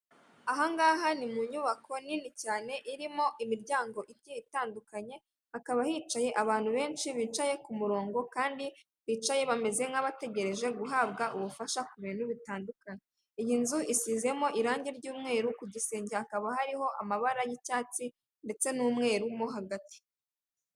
Ahangaha ni mu nyubako nini cyane irimo imiryango igiye itandukanye, hakaba hicaye abantu benshi bicaye ku murongo kandi bicaye bameze nk'abategereje guhabwa ubufasha ku bintu bitandukanye. Iyi nzu isizemo irange ry'umweru, ku gisenge hakaba hariho amabara y'icyatsi ndetse n'umweru mo hagati.